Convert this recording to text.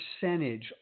percentage